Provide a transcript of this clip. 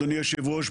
אדוני היושב ראש,